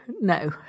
no